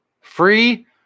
Free